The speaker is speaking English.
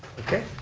okay,